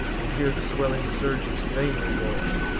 and hear the swelling surges vainly roar.